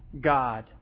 God